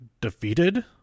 Defeated